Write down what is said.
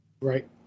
Right